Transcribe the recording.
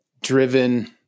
driven